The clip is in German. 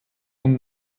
und